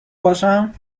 باشم